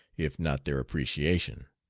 if not their appreciation.